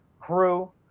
crew